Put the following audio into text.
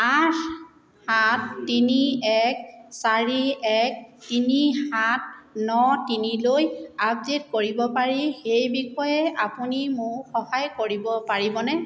আঠ সাত তিনি এক চাৰি এক তিনি সাত ন তিনিলৈ আপডেট কৰিব পাৰি সেই বিষয়ে আপুনি মোক সহায় কৰিব পাৰিবনে